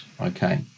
Okay